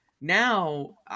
now